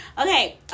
Okay